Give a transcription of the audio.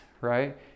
right